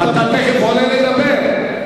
אתה תיכף עולה לדבר,